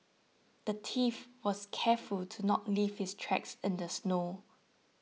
the thief was careful to not leave his tracks in the snow